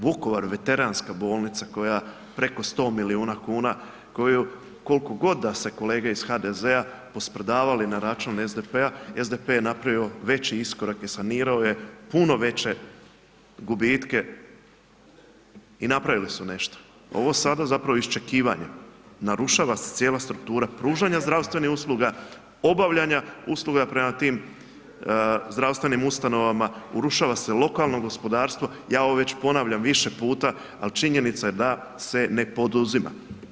Vukovar, Veteranska bolnica koja preko 100 milijuna kuna, koju koliko god da se kolege iz HDZ-a posprdavali na račun SDP-a, SDP je napravio veći iskorak i sanirao je puno veće gubitke i napravili su nešto, ovo sada zapravo je iščekivanje, narušava se cijela struktura pružanja zdravstvenih usluga, obavljanja usluga prema tim zdravstvenim ustanovama, urušava se lokalno gospodarstvo, ja ovo već ponavljam više puta, al činjenica je da se ne poduzima.